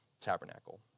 tabernacle